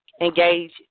engage